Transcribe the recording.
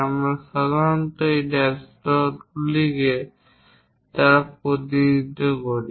আমরা সাধারণত এই ড্যাশ ডট লাইনগুলি দ্বারা প্রতিনিধিত্ব করি